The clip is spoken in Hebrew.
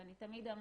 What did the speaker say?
ואני תמיד אמרתי,